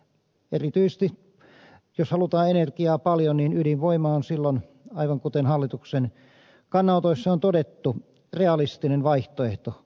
erityisesti jos halutaan energiaa paljon ydinvoima on silloin aivan kuten hallituksen kannanotoissa on todettu realistinen vaihtoehto